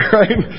right